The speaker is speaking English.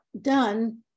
done